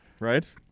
Right